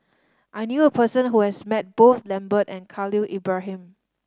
I knew a person who has met both Lambert and Khalil Ibrahim